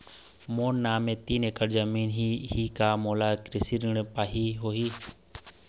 मोर नाम म तीन एकड़ जमीन ही का मोला कृषि ऋण पाहां होही?